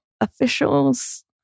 officials